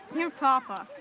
your papa,